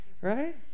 Right